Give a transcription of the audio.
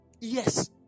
Yes